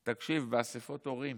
תקשיב, באספות הורים